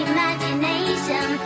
Imagination